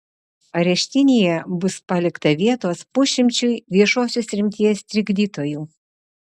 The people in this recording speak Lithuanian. areštinėje bus palikta vietos pusšimčiui viešosios rimties trikdytojų